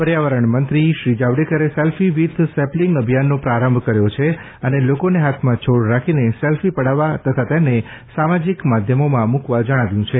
પર્યાવરણમંત્રીશ્રી પ્રકાશ જાવડેકરે selfie with sapling અભિયાનનો આરંભ કર્યો છે અને લોકોને હાથમાં છોડ રાખીને સેલ્ફી પડાવવા તથા તેને સામાજિક માધ્યમોમાં મૂકવા જણાવ્યું છે